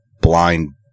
blind